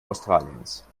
australiens